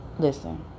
listen